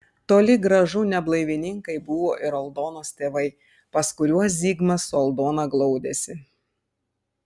toli gražu ne blaivininkai buvo ir aldonos tėvai pas kuriuos zigmas su aldona glaudėsi